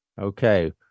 Okay